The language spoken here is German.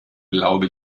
glaube